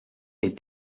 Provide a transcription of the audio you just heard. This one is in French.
est